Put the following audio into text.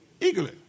Eagerly